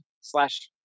slash